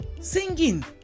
singing